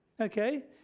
Okay